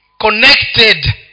connected